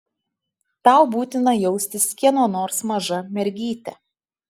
tau būtina jaustis kieno nors maža mergyte